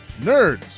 Nerds